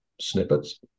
snippets